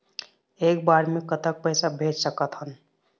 एक बार मे कतक पैसा भेज सकत हन?